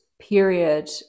period